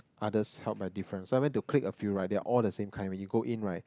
others held by different so I went to click a few right they are all the same kind already go in right